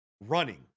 running